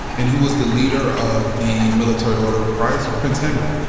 and who was the leader of the military order of christ? prince henry.